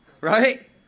Right